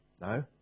No